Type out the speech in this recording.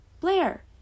Blair